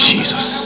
Jesus